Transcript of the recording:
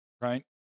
right